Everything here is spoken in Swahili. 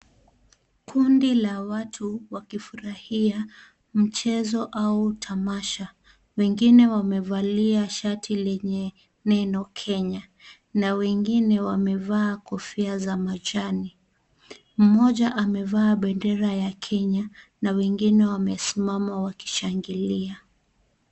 Kundi la watu wakifurahia mchezo au tamasha, wengine wamevalia shati lenye neni Kenya na wengine wamevaa kofia ya za majani. Mmoja amevaa bendera ya Kenya na wengine wamesimama wakishangilia.